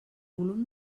volum